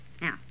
Now